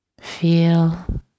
feel